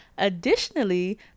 Additionally